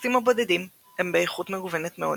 הטקסטים הבודדים הם באיכות מגוונת מאוד.